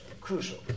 crucial